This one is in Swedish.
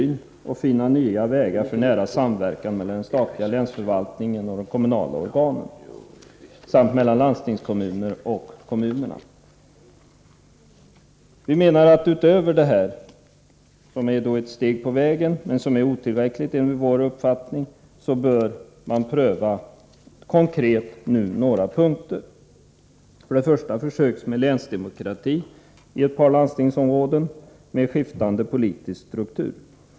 Man skall finna nya vägar för nära samverkan mellan den statliga länsförvaltningen och de kommunala organen samt mellan landstingskommunen och kommunerna. Vi menar att utöver detta, som är ett steg på vägen, men enligt vår uppfattning otillräckligt, bör man nu konkret pröva några punkter. Det gäller först och främst försök med länsdemokrati i ett par landstingsområden med skiftande politisk struktur.